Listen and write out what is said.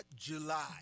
July